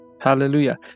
hallelujah